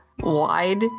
wide